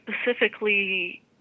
specifically